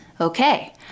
Okay